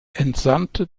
entsandte